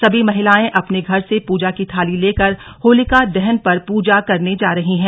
सभी महिलाएं अपने घर से पूजा की थाली लेकर होलिका दहन पर पूजा करने जा रही हैं